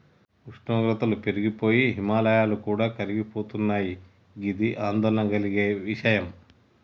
ఉష్ణోగ్రతలు పెరిగి పోయి హిమాయాలు కూడా కరిగిపోతున్నయి గిది ఆందోళన కలిగే విషయం